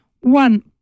one